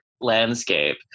landscape